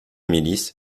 milices